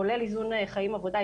כולל איזון חיים-עבודה,